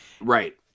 Right